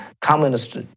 communist